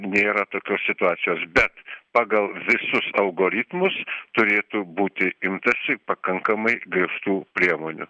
nėra tokios situacijos bet pagal visus algoritmus turėtų būti imtasi pakankamai griežtų priemonių